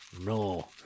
No